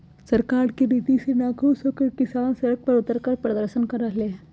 सरकार के नीति से नाखुश होकर किसान सड़क पर उतरकर प्रदर्शन कर रहले है